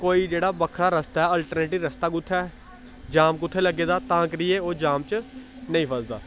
कोई जेह्ड़ा बक्खरा रस्ता ऐ आलट्रनेटिव रस्ता कु'त्थै ऐ जाम कुत्थै लग्गे दा तां करियै ओह् जाम च नेईं फसदा